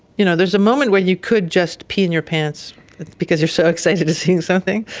you know there's a moment where you could just pee in your pants because you're so excited at seeing something